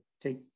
take